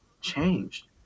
changed